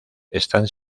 están